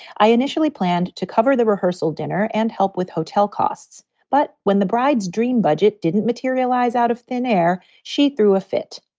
i initially planned to cover the rehearsal dinner and help with hotel costs. but when the bride's dream budget didn't materialize out of thin air, she threw a fit.